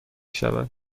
شود